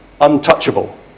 untouchable